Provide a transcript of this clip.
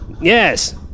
Yes